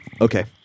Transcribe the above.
Okay